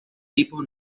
tipo